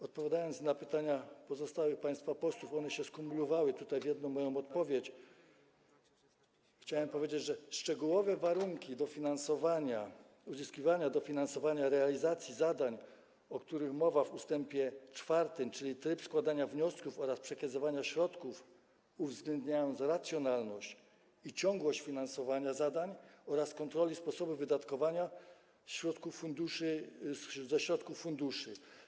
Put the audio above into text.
Odpowiadając na pytania pozostałych państwa posłów - one skumulowały się tutaj w jedną moją odpowiedź - chciałem powiedzieć, że szczegółowe warunki uzyskiwania dofinansowania realizacji zadań, o których mowa w ust. 4, czyli tryb składania wniosków oraz przekazywania środków, uwzględniają racjonalność i ciągłość finansowania zadań oraz kontroli sposobu wydatkowania ze środków funduszy.